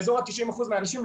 באזור 90% מהאנשים,